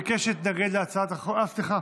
ביקש להתנגד להצעת החוק, אה, סליחה.